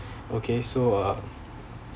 okay so uh